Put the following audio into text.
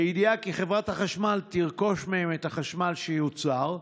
בידיעה כי חברת החשמל תרכוש מהם את החשמל שייוצר,